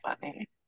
funny